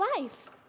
life